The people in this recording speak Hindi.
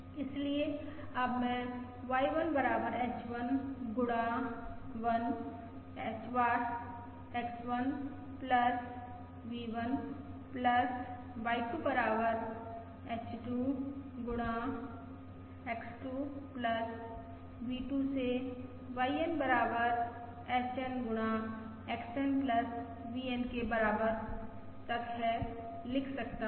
इसलिए अब मैं Y1 बराबर H1 गुणा X1 V1 Y2 बराबर H2 गुणा X2 V2 से YN बराबर HN गुणा XN VN के बराबर तक है लिख सकता हूँ